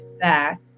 back